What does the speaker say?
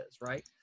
Right